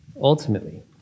ultimately